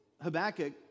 Habakkuk